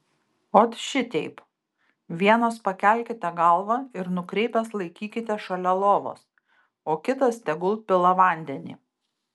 ot šiteip vienas pakelkite galvą ir nukreipęs laikykite šalia lovos o kitas tegul pila vandenį